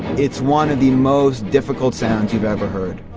it's one of the most difficult sounds you've ever heard.